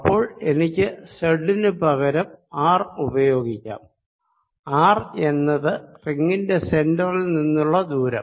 അപ്പോൾ പിന്നീട് എനിക്ക് z ന് പകരം r ഉപയോഗിക്കാം r എന്നത് റിങ്ങിന്റെ സെന്ററിൽ നിന്നുള്ള ദൂരം